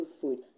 food